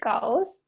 goes